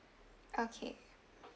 okay